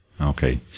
Okay